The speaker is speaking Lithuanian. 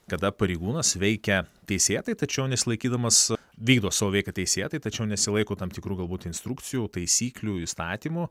kada pareigūnas veikia teisėtai tačiau nesilaikydamas vykdo savo veiką teisėtai tačiau nesilaiko tam tikrų galbūt instrukcijų taisyklių įstatymų